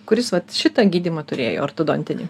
kuris vat šitą gydymą turėjo ortodontinį